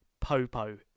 Popo